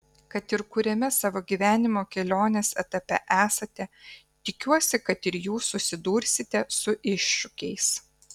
kad ir kuriame savo gyvenimo kelionės etape esate tikiuosi kad ir jūs susidursite su iššūkiais